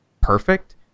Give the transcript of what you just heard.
perfect